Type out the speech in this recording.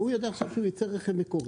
הוא יודע עכשיו שהוא ייצר רכב מקורי,